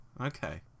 Okay